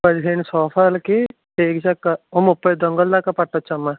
పదిహేను సంవత్సరాలకి టేకు చెక్క ఒక ముప్పై దుంగలు దాకా పట్టొచ్చు అమ్మ